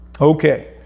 Okay